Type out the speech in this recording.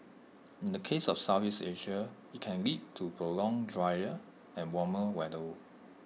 in the case of Southeast Asia IT can lead to prolonged drier and warmer weather